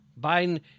Biden